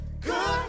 Good